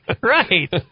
Right